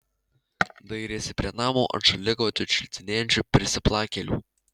dairėsi prie namo ant šaligatvio šlitinėjančių prisiplakėlių